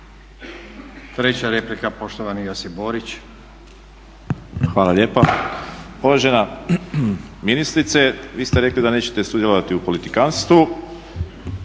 Borić. **Borić, Josip (HDZ)** Hvala lijepa. Uvažena ministrice, vi ste rekli da nećete sudjelovati u politikantstvu.